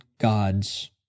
God's